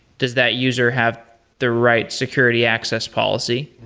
does that user have the right security access policy?